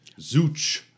Zooch